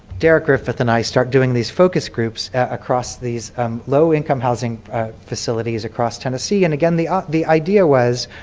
derrick griffith and i start doing these focus groups across these low-income housing facilities across tennessee and again the ah the idea was,